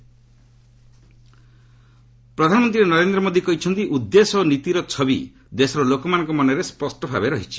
PM ଛିଶଗଡ଼ ପ୍ରଧାନମନ୍ତ୍ରୀ ନରେନ୍ଦ୍ର ମୋଦି କହିଛନ୍ତି ଉଦ୍ଦେଶ୍ୟ ଓ ନୀତିର ଛବି ଦେଶର ଲୋକମାନଙ୍କ ମନରେ ସ୍ୱଷ୍ଟ ଭାବେ ରହିଛି